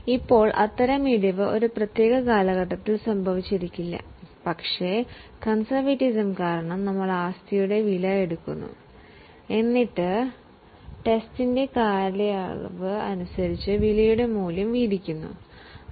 ഇപ്പോൾ അത്തരം വീഴ്ച ഒരു പ്രത്യേക കാലഘട്ടത്തിൽ സംഭവിച്ചിരിക്കില്ല പക്ഷേ കോൺസെർവിറ്റിസം പ്രകാരം നമ്മൾ ആസ്തിയുടെ വില എടുക്കുന്നു നമ്മൾ ആസ്തിയുടെ പ്രതീക്ഷിത ആയുസ്സ് കണക്കിടുന്നു അതിന്റെ ചെലവ് അതിന്റെ ആയുസ്സിലേക്കായി വീതിക്കേണ്ടതാണ്